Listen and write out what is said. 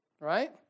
right